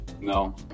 No